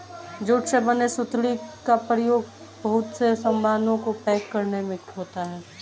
jute से बने सुतली का प्रयोग बहुत से सामानों को पैक करने में होता है